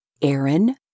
Aaron